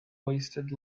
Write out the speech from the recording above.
wasted